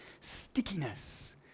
stickiness